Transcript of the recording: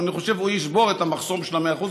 אני חושב שהוא ישבור את המחסום של ה-100%,